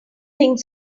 think